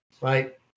right